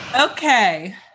Okay